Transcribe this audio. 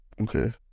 Okay